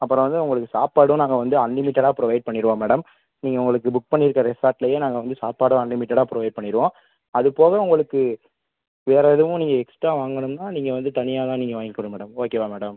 அப்புறம் வந்து உங்களுக்கு சாப்பாடும் நாங்கள் வந்து அன்லிமிட்டடாக ப்ரொவைட் பண்ணிடுவோம் மேடம் நீங்கள் உங்களுக்கு புக் பண்ணிருக்க ரெஸார்ட்டிலயே நாங்கள் வந்து சாப்பாடும் அன்லிமிட்டடாக ப்ரொவைட் பண்ணிடுவோம் அதுப்போக உங்களுக்கு வேறு எதுவும் நீங்க எக்ஸ்ட்டா வாங்கணும்னால் நீங்கள் வந்து தனியாக தான் நீங்கள் வாங்கிகணும் மேடம் ஓகேவா மேடம்